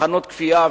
מחנות כפייה,